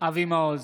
אבי מעוז,